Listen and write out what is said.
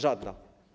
Żadna.